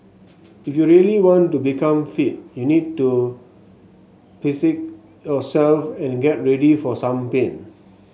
if you really want to become fit you need to yourself and get ready for some pain